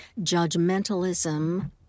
judgmentalism